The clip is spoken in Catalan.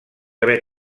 haver